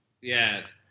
Yes